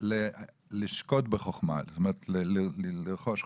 לשקוד בחוכמה, זאת אומרת לרכוש חוכמה.